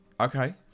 Okay